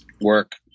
work